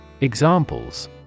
Examples